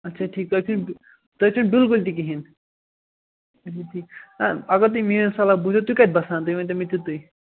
اَچھا ٹھیٖک تُہۍ چھُو نہٕ تُہۍ چھُو نہٕ بِلکُل تہِ کِہیٖنٛۍ اَچھا ٹھیٖک اگر تُہۍ میٛٲنۍ صلح بوٗزِو تُہۍ کَتہِ بَسان تُہۍ ؤنۍتَو مےٚ تِتُے